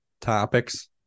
topics